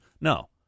no